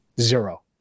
Zero